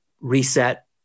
reset